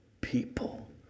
people